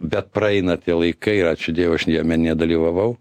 bet praeina tie laikai ir ačiū dievui aš jame nedalyvavau